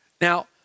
Now